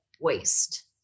waste